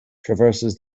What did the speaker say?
traverses